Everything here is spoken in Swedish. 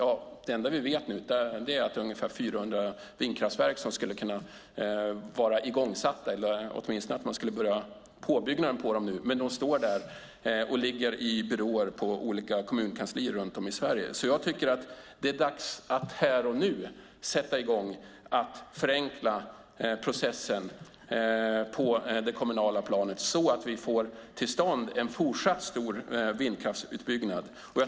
Ja, det enda vi vet nu är att ungefär 400 vindkraftverk skulle kunna vara igångsatta eller åtminstone påbörjade, men nu finns de bara i byråer på olika kommunkanslier runt om i Sverige. Jag tycker att det är dags att här och nu sätta i gång att förenkla processen på det kommunala planet, så att vi får till stånd en fortsatt stor vindkraftsutbyggnad.